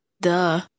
Duh